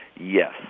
Yes